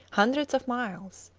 hundreds of miles.